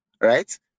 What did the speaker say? right